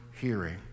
hearing